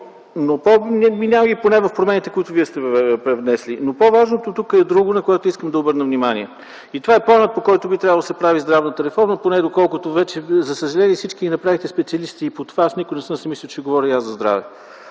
Но по-важното тук е друго, на което искам да обърна внимание – това е планът, по който би трябвало да се прави здравната реформа, доколкото вече за съжаление всички ни направихте специалисти по това, никога не съм си мислил, че ще говоря и аз за здраве.